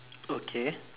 okay